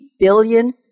billion